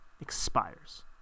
expires